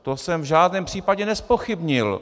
To jsem v žádném případě nezpochybnil.